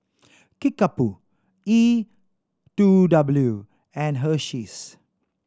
Kickapoo E Two W and Hersheys